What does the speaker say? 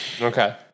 okay